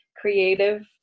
creative